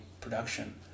production